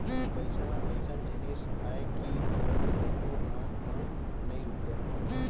पइसा ह अइसन जिनिस अय कि ओहर कोकरो हाथ म नइ रूकय